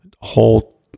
whole